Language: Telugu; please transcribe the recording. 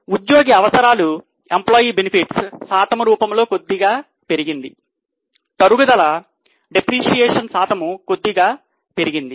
ఉద్యోగి అవసరాలు శాతము కొద్దిగా పెరిగింది